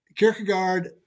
Kierkegaard